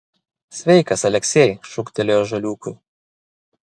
sveikas aleksej šūktelėjo žaliūkui